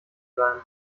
sein